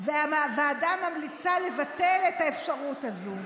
והוועדה ממליצה לבטל את האפשרות הזו.